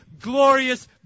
glorious